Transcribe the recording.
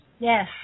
Yes